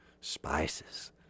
spices